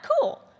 cool